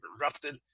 erupted